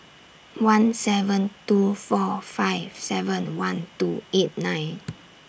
one seven two four five seven one two eight nine